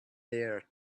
there